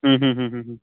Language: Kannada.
ಹ್ಞೂ ಹ್ಞೂ ಹ್ಞೂ ಹ್ಞೂ ಹ್ಞೂ